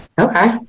Okay